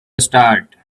start